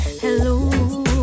Hello